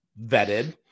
vetted